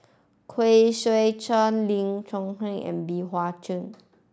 Khoo Swee Chiow Lee and Bey Hua Heng